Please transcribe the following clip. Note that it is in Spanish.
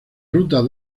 rutas